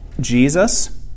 Jesus